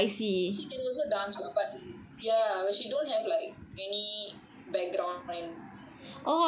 because he can also dance lah but ya she don't have like any background in dance but she can dance